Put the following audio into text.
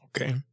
Okay